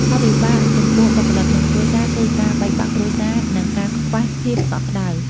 ផលវិបាកចំពោះបុគ្គលនិងគ្រួសារគឺការបែកបាក់គ្រួសារ និងការខ្វះភាពកក់ក្ដៅ។